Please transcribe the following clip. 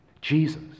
Jesus